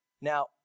Now